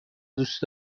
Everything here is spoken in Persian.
دوست